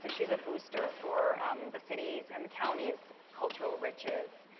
so she's a booster for the cities and counties cultural riches.